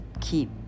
keep